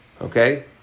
Okay